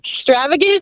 extravagant